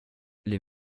les